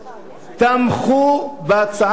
כל סיעות הבית תמכו בהצעת החוק,